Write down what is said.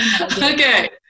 Okay